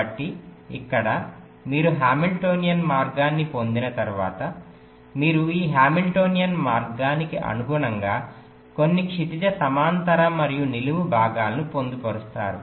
కాబట్టి ఇక్కడ మీరు హామిల్టోనియన్ మార్గాన్ని పొందిన తర్వాత మీరు ఈ హామిల్టోనియన్ మార్గానికి అనుగుణంగా కొన్ని క్షితిజ సమాంతర మరియు నిలువు భాగాలను పొందుపరుస్తారు